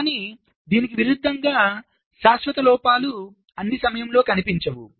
కానీ దీనికి విరుద్ధంగా శాశ్వత లోపాలు అన్ని సమయాల్లో కనిపించవు